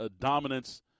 dominance